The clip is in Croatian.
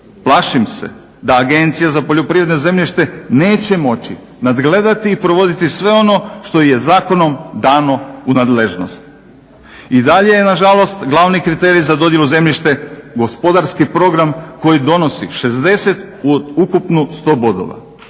Plašim se da Agencija za poljoprivredno zemljište neće moći nadgledati i provoditi sve ono što je zakonom dano u nadležnost. I dalje je nažalost glavni kriterij za dodjelu zemljišta gospodarski program koji donosi 60 od ukupno 100 bodova.